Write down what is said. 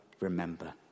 remember